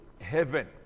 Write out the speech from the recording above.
heaven